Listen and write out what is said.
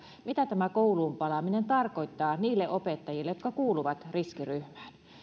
mitä tämä kouluun palaaminen tarkoittaa niille opettajille jotka kuuluvat riskiryhmään